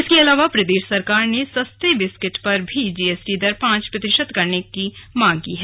इसके अलावा प्रदेश सरकार ने सस्ते बिस्किट पर भी जीएसटी दर पांच प्रतिशत करने की मांग की है